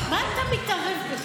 מה אתה מתערב בכלל?